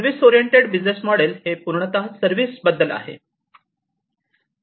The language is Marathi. सर्विस ओरिएंटेड बिझनेस मॉडेल हे पूर्णतः सर्विस बद्दल आहे ते सर्विस बद्दलच आहे